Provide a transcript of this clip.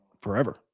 forever